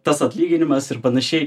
tas atlyginimas ir panašiai